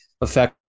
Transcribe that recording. affect